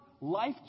life